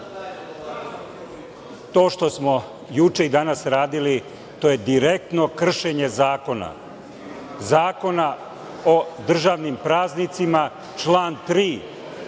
to što smo juče i danas radili to je direktno kršenje zakona, Zakona o državnim praznicima, član 3.